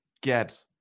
get